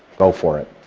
go for it.